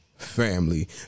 family